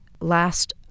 last